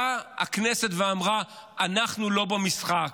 באה הכנסת ואמרה: אנחנו לא במשחק.